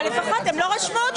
אבל הם לא רשמו אותי.